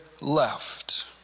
left